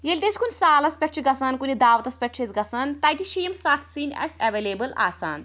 ییٚلہِ تہِ أسۍ کُنہِ سالَس پٮ۪ٹھ چھِ گَژھان کُنہِ دعوتَس پٮ۪ٹھ چھِ أسۍ گَژھان تتہِ چھِ یِم ستھ سِنۍ اسہِ ایٚولیبٕل آسان